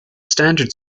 standard